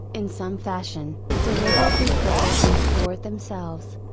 in some fashion, deliberately cripple and thwart themselves.